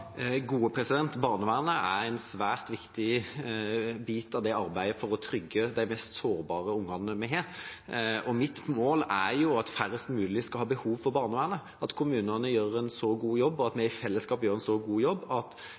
Barnevernet er en svært viktig bit av arbeidet for å trygge de mest sårbare ungene vi har. Mitt mål er jo at færrest mulig skal ha behov for barnevernet, at kommunene gjør en så god jobb, og at vi i fellesskap gjør en så god jobb, at